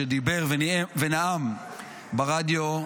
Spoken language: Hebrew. שדיבר ונאם ברדיו,